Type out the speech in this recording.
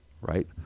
right